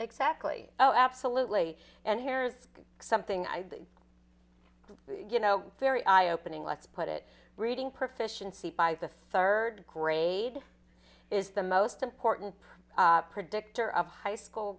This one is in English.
exactly oh absolutely and here's something i you know very eye opening let's put it reading proficiency by the third grade is the most important predictor of high school